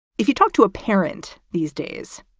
if you talk to a parent these days,